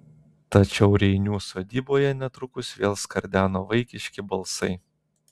tačiau reinių sodyboje netrukus vėl skardeno vaikiški balsai